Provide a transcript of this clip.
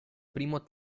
primo